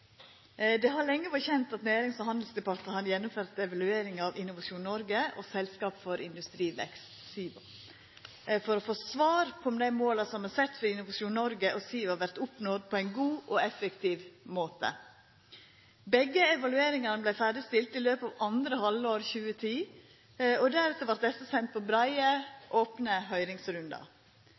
Det har lenge vore kjent at Nærings- og handelsdepartementet har gjennomført evalueringar av Innovasjon Norge og Selskap for industrivekst, SIVA, for å få svar på om dei måla som er sette for Innovasjon Norge og SIVA vert oppnådde på ein god og effektiv måte. Begge evalueringane vart ferdigstilte i løpet av andre halvår 2010, og deretter vart desse sende på breie, opne